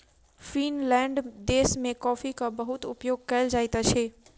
Finland देश में कॉफ़ीक बहुत उपयोग कयल जाइत अछि